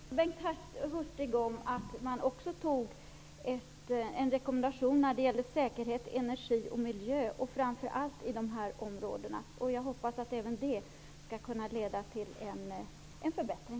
Herr talman! Jag kan upplysa Bengt Hurtig om att Nordiska rådet fattade beslut om en rekommendation när det gäller säkerhet, energi och miljö, framför allt i dessa områden. Jag hoppas att även denna rekommendation skall leda till en förbättring.